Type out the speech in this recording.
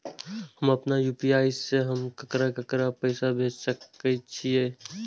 हम आपन यू.पी.आई से हम ककरा ककरा पाय भेज सकै छीयै?